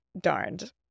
darned